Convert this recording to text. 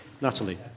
Natalie